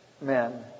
men